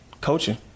coaching